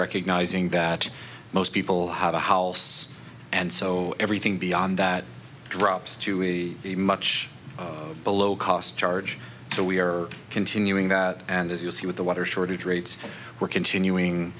recognizing that most people have a house and so everything beyond that drops to a a much below cost charge so we are continuing that and as you see with the water shortage rates we're continuing